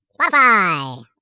Spotify